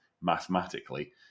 mathematically